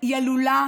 היא עלולה